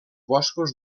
boscos